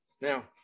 Now